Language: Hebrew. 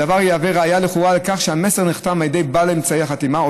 הדבר יהווה ראיה לכאורה לכך שהמסר נחתם על ידי בעל אמצעי החתימה,